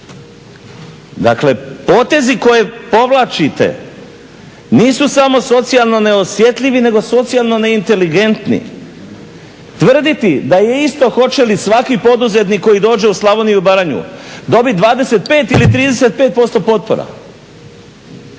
Dakle potezi koje povlačite nisu samo socijalno neosjetljivi nego socijalno ne inteligentni. Tvrditi da je isto hoće li svaki poduzetnik koji dođe u Slavoniju i Baranju dobiti 25 ili 35% potpora